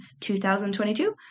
2022